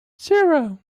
zero